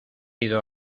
ido